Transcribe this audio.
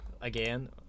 again